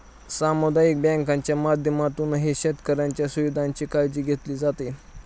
सामुदायिक बँकांच्या माध्यमातूनही शेतकऱ्यांच्या सुविधांची काळजी घेतली जाते